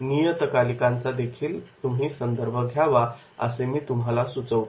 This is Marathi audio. नियतकालिकांचा देखील तुम्ही संदर्भ घ्यावा असे मी तुम्हाला सुचविणे